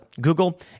Google